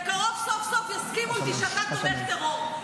בקרוב סוף-סוף יסכימו איתי שאתה תומך טרור,